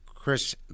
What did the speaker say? Chris